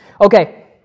Okay